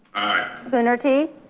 aye. coonerty,